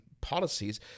policies